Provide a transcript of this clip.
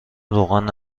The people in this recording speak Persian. روغن